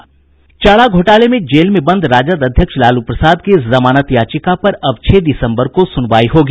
चारा घोटाले में जेल में बंद राजद अध्यक्ष लालू प्रसाद की जमानत याचिका पर अब छह दिसम्बर को सुनवाई होगी